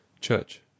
CHURCH